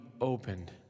opened